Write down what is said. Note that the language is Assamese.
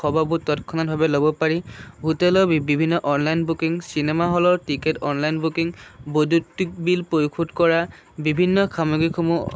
খবৰবোৰ তৎক্ষণাতভাৱে ল'ব পাৰি হোটেলৰ বিভিন্ন অনলাইন বুকিং চিনেমা হলত টিকেট অনলাইন বুকিং বৈদ্যুতিক বিল পৰিশোধ কৰা বিভিন্ন সামগ্ৰীসমূহ